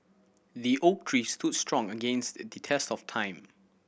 the oak tree stood strong against the test of time